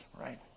right